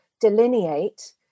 delineate